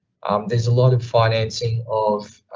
there's a lot of financing of,